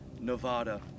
Nevada